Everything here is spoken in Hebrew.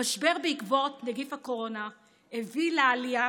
המשבר בעקבות נגיף הקורונה הביא לעלייה